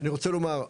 אני רוצה לומר,